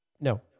No